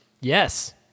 Yes